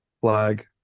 Flag